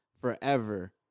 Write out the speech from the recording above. Forever